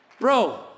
Bro